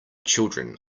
children